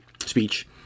speech